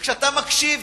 וכשאתה מקשיב,